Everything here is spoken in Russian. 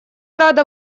рада